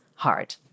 hard